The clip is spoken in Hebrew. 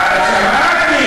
שמעתי,